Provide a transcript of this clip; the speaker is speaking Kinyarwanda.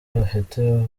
bafite